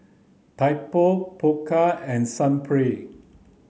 Typo Pokka and Sunplay